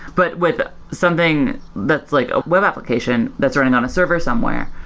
but with ah something that's like a web application that's running on a server somewhere,